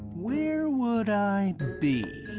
where would i be?